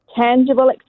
tangible